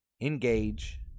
engage